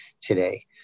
today